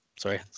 sorry